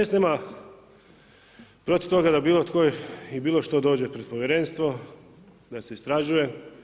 HNS nema protiv toga da bilo tko i bilo što dođe pred povjerenstvo, da se istražuje.